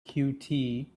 cute